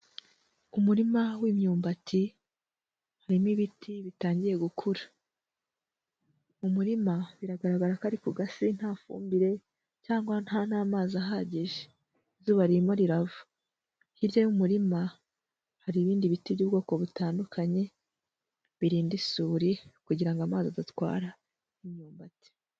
Umurima w'imyumbati harimo ibiti bitangiye gukura. Mu umurima biragaragara ko ari ku gasi nta fumbire cyangwa nta n'amazi ahagije, izuba ririmo rirava. hirya y'umurima hari ibindi biti by'ubwoko butandukanye birinda isuri kugira ngo amazi adatwara imyumbati.